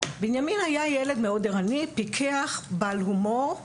בנימין היה ילד מאוד ערני, פיקח, בעל הומור,